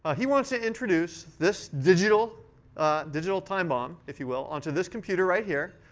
ah he wants to introduce this digital digital time bomb, if you will, onto this computer right here.